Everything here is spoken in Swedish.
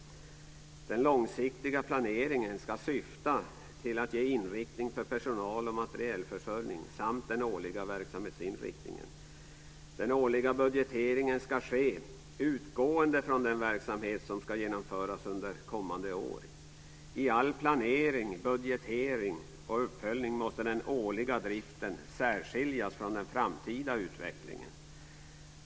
Den långsiktiga planeringen ska syfta till att ge inriktningen för personaloch materielförsörjning samt den årliga verksamhetsinriktningen. Den årliga budgeteringen ska utgå från den verksamhet som ska genomföras under kommande år. I all planering, budgetering och uppföljning måste den årliga driften särskiljas från den framtida utvecklingen.